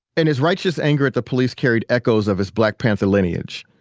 and his righteous anger at the police carried echoes of his black panther lineage.